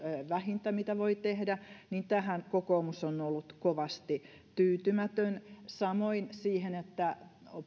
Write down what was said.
vähintä mitä voi tehdä niin tähän kokoomus on ollut kovasti tyytymätön samoin siihen että